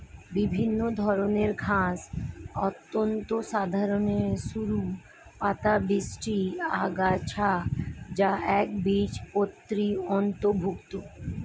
বিভিন্ন ধরনের ঘাস অত্যন্ত সাধারণ সরু পাতাবিশিষ্ট আগাছা যা একবীজপত্রীর অন্তর্ভুক্ত